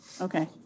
Okay